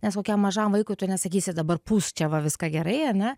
nes kokiam mažam vaikui tu nesakysi dabar pūsk čia va viską gerai ane